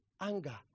anger